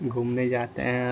घूमने जाते हैं